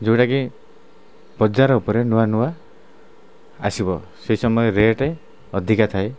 ଯେଉଁଟା କି ବଜାର ଓପରେ ନୂଆ ନୂଆ ଆସିବ ସେଇ ସମୟରେ ରେଟେ ଅଧିକା ଥାଏ